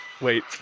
wait